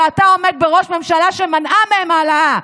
ואתה עומד בראש ממשלה שמנעה מהם העלאה,